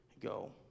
go